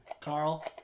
Carl